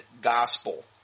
Gospel